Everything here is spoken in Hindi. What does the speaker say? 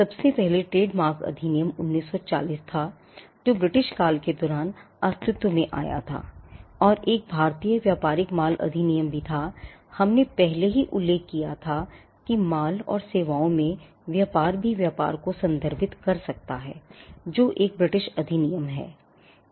सबसे पहले ट्रेडमार्क अधिनियम 1940 था जो ब्रिटिश काल के दौरान अस्तित्व में था और एक भारतीय व्यापारिक माल अधिनियम भी था हमने पहले ही उल्लेख किया था कि माल या सेवाओं में व्यापार भी व्यापार को संदर्भित कर सकता है जो एक ब्रिटिश अधिनियम है